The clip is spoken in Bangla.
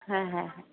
হ্যাঁ হ্যাঁ হ্যাঁ